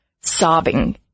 sobbing